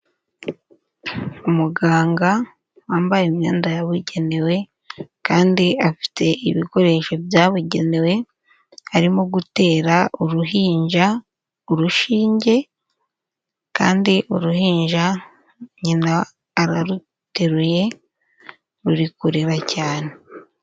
Umuganga wambaye imyenda yabugenewe kandi afite ibikoresho byabugenewe, arimo gutera uruhinja urushinge kandi uruhinja nyina araruteruye ruri kureba cyane.